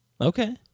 okay